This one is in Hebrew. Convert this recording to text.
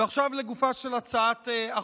ועכשיו לגופה של הצעת החוק.